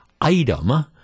item